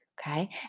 okay